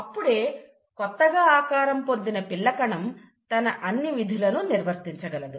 అప్పుడే కొత్తగా ఆకారం పొందిన పిల్ల కణం తన అన్ని విధులను నిర్వర్తించగలదు